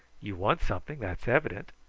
you want something, that's evident.